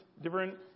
different